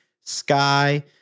Sky